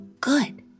Good